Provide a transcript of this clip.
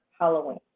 Halloween